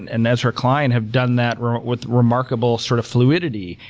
and and ezra klein have done that with remarkable sort of fluidity,